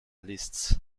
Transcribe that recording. lists